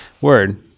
Word